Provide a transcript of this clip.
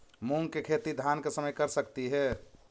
मुंग के खेती धान के समय कर सकती हे?